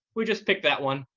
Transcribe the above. we just pick that one,